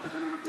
בתקנון הכנסת.